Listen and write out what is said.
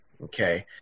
Okay